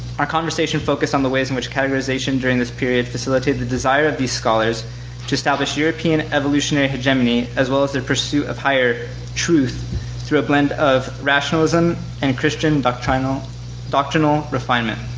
our conversation focused on the ways in which categorization during this period facilitated the desire of these scholars to establish european evolutionary hegemony as well as a pursuit of higher truth through a blend of rationalism and christian doctrinal doctrinal refinement.